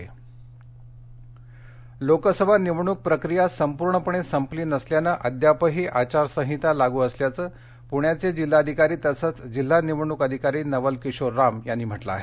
आचारसंहिता लोकसभा निवडणूक प्रक्रिया संपली नसल्यानं अजूनही आचारसंहिता लागू असल्याचं पुण्याचे जिल्हाधिकारी तसंचं जिल्हा निवडणुक अधिकारी नवल किशोर राम यांनी म्हटलं आहे